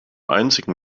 einzigen